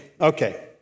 Okay